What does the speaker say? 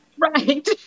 Right